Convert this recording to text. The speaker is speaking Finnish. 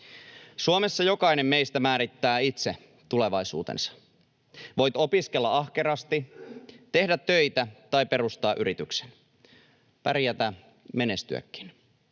Suomessa jokainen meistä määrittää itse tulevaisuutensa. Voit opiskella ahkerasti, tehdä töitä tai perustaa yrityksen. Pärjätä, menestyäkin.